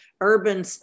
urban